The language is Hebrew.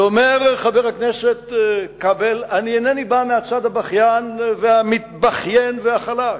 ואומר חבר הכנסת כבל: אני אינני בא מהצד הבכיין והמתבכיין והחלש.